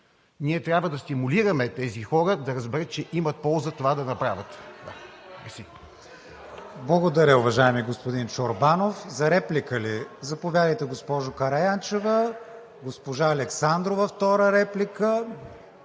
Ние трябва да стимулираме тези хора да разберат, че имат полза това да направят. Мерси. ПРЕДСЕДАТЕЛ КРИСТИАН ВИГЕНИН: Благодаря, уважаеми господин Чорбанов. За реплика ли? Заповядайте, госпожо Караянчева, госпожа Александрова – втора реплика.